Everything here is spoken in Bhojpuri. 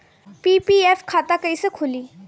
पी.पी.एफ खाता कैसे खुली?